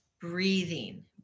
Breathing